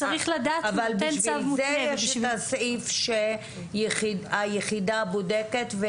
בשביל זה יש את הסעיף שהיחידה בודקת.